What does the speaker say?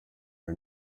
are